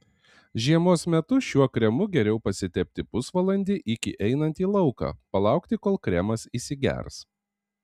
žiemos metu šiuo kremu geriau pasitepti pusvalandį iki einant į lauką palaukti kol kremas įsigers